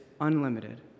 unlimited